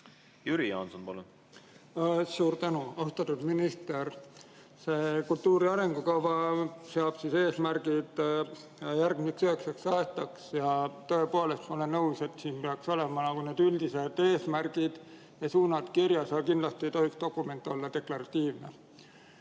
Jüri Jaanson, palun! Suur tänu! Austatud minister! See kultuuri arengukava seab eesmärgid järgmiseks üheksaks aastaks. Ja tõepoolest, ma olen nõus, et siin peaks olema üldised eesmärgid ja suunad kirjas, aga kindlasti ei tohiks dokument olla deklaratiivne.